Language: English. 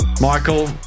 Michael